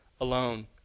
alone